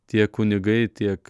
tiek kunigai tiek